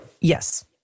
Yes